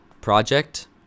project